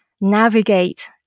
Navigate